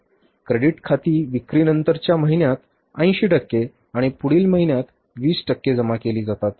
credit खाती विक्रीनंतरच्या महिन्यात 80 टक्के आणि पुढील महिन्यात 20 टक्के जमा केली जातात